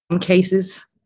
cases